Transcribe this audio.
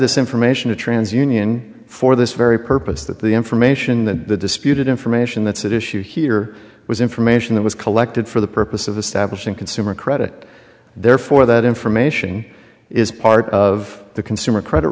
this information to trans union for this very purpose that the information that the disputed information that's that issue here was information that was collected for the purpose of establishing consumer credit therefore that information is part of the consumer credit